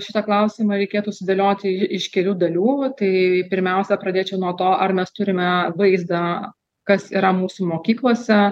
šitą klausimą reikėtų sudėlioti iš kelių dalių tai pirmiausia pradėčiau nuo to ar mes turime vaizdą kas yra mūsų mokyklose